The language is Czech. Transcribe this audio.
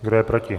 Kdo je proti?